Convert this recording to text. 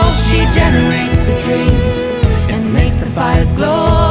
she generates the dreams and makes the fires glow